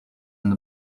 and